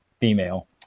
female